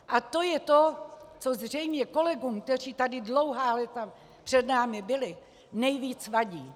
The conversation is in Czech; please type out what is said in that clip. A to je to, co zřejmě kolegům, kteří tady dlouhá léta před námi byli, nejvíc vadí.